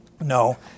No